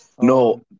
No